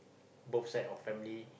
both side of family